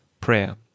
Prayer